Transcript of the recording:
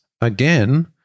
Again